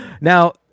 Now